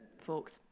folks